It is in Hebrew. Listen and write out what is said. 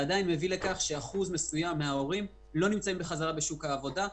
ברור לנו שאחוז מסוים מההורים לא נמצאים בחזרה בשוק העבודה.